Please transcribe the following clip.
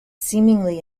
seemingly